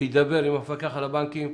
להידבר עם המפקח על הבנקים,